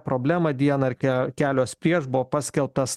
problemą dieną ar ke kelios prieš buvo paskelbtas